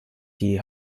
die